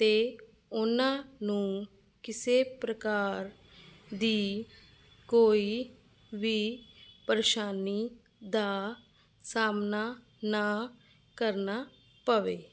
ਅਤੇ ਉਹਨਾਂ ਨੂੰ ਕਿਸੇ ਪ੍ਰਕਾਰ ਦੀ ਕੋਈ ਵੀ ਪਰੇਸ਼ਾਨੀ ਦਾ ਸਾਹਮਣਾ ਨਾ ਕਰਨਾ ਪਵੇ